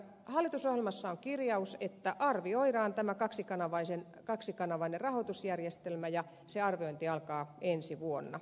hallitusohjelmassa on kirjaus että arvioidaan tämä kaksikanavainen rahoitusjärjestelmä ja se arviointi alkaa ensi vuonna